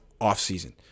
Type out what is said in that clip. offseason